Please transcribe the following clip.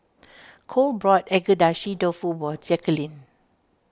Cole bought Agedashi Dofu for Jacquelynn